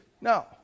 No